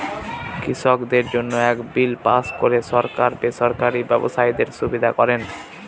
কৃষকদের জন্য এক বিল পাস করে সরকার বেসরকারি ব্যবসায়ীদের সুবিধা করেন